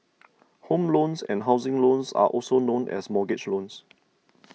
home loans and housing loans are also known as mortgage loans